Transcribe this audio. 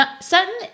Sutton